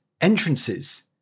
entrances